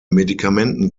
medikamenten